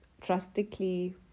drastically